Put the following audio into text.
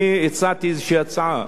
אני הצעתי איזו הצעה.